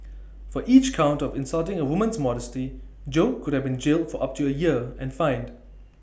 for each count of insulting A woman's modesty Jo could have been jailed for up to A year and fined